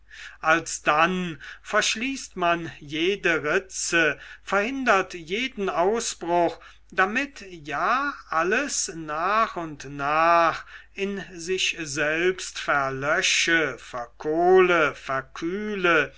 alsdann verschließt man jede ritze verhindert jeden ausbruch damit ja alles nach und nach in sich selbst verlösche verkohle verkühle